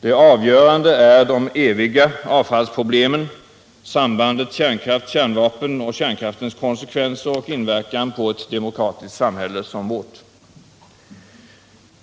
Det avgörande är de ”eviga” avfallsproblemen, sambandet kärnkraft-kärnvapen och kärnkraftens konsekvenser och inverkan på ett demokratiskt samhälle som vårt.